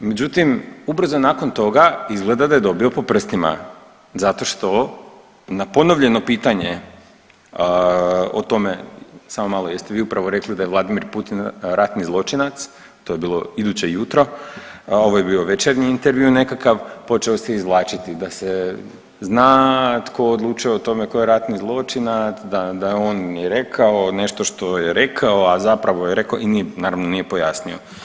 Međutim, ubrzo nakon toga izgleda da je dobio po prstima zato što na ponovljeno pitanje o tome, samo malo jeste vi upravo rekli da je Vladimir Putin ratni zločinac, to je bilo iduće jutro, ovo je bio večernji intervju nekakav, početo se izvlačiti da se zna tko odlučuje o tome tko je ratni zločinac, da, da on je rekao nešto što je rekao, a zapravo je rekao i nije, naravno nije pojasnio.